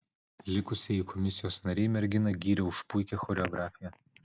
likusieji komisijos nariai merginą gyrė už puikią choreografiją